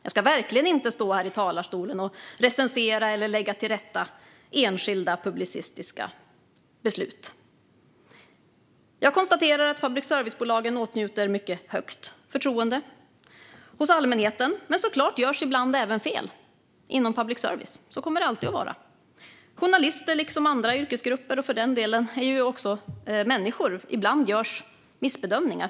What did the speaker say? Jag ska verkligen inte stå här i talarstolen och recensera eller lägga till rätta enskilda publicistiska beslut. Jag konstaterar att public service-bolagen åtnjuter mycket högt förtroende hos allmänheten, men såklart görs ibland fel även inom public service. Så kommer det alltid att vara. Journalister, liksom för den delen andra yrkesgrupper, är också människor. Ibland görs missbedömningar.